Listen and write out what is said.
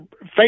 face